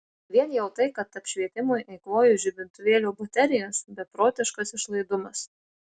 vien jau tai kad apšvietimui eikvoju žibintuvėlio baterijas beprotiškas išlaidumas